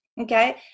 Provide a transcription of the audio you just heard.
okay